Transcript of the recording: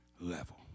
level